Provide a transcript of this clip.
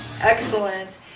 excellent